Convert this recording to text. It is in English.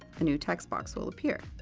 a new text box will appear.